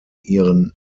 ihren